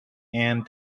and